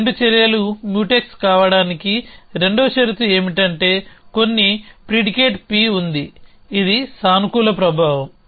రెండు చర్యలు మ్యూటెక్స్ కావడానికి రెండవ షరతు ఏమిటంటేకొన్ని ప్రిడికేట్ P ఉందిఇది సానుకూల ప్రభావం